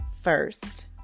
first